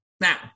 Now